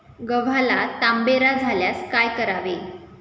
गव्हाला तांबेरा झाल्यास काय करावे?